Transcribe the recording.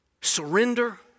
surrender